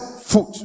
foot